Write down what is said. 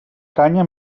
canya